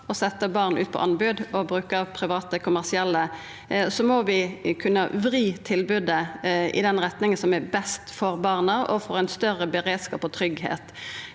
å setja barn ut på anbod og bruka private kommersielle, må vi kunna vri tilbodet i den retninga som er best for barna og for ein større beredskap og tryggleik.